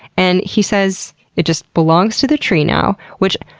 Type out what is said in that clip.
and he says it just belongs to the tree now. which,